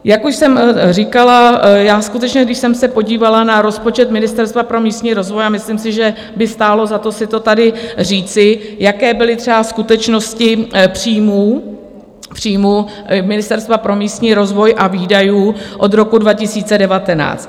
Jak už jsem říkala, skutečně když jsem se podívala na rozpočet Ministerstva pro místní rozvoj, a myslím si, že by stálo za to si to tady říci, jaké byly třeba skutečnosti příjmů Ministerstva pro místní rozvoj a výdajů od roku 2019.